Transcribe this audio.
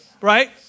right